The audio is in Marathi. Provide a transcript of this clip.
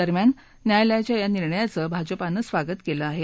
दरम्यान न्यायालयाच्या या निर्णयाचं भाजपानं स्वागत केलं आहे